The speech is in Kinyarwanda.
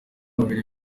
mubiri